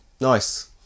Nice